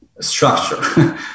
structure